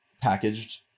packaged